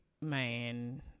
man